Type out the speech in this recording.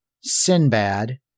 Sinbad